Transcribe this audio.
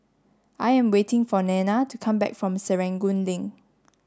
I am waiting for Nena to come back from Serangoon Link